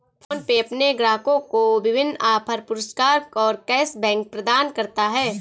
PhonePe अपने ग्राहकों को विभिन्न ऑफ़र, पुरस्कार और कैश बैक प्रदान करता है